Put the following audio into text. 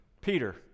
Peter